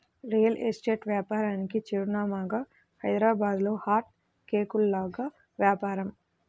real estate వ్యాపారానికి చిరునామాగా హైదరాబాద్లో హాట్ కేకుల్లాగా వ్యాపారం